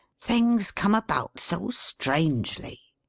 things come about so strangely.